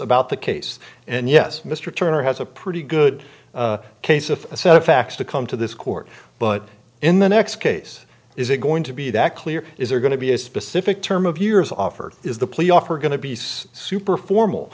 about the case and yes mr turner has a pretty good case of a set of facts to come to this court but in the next case is it going to be that clear is there going to be a specific term of years off or is the plea offer going to be super formal